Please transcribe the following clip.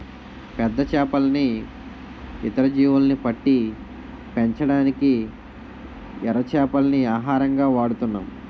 పెద్ద చేపల్ని, ఇతర జీవుల్ని పట్టి పెంచడానికి ఎర చేపల్ని ఆహారంగా వాడుతున్నాం